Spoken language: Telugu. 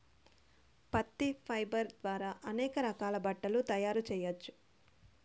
పత్తి ఫైబర్ ద్వారా అనేక రకాల బట్టలు తయారు చేయచ్చు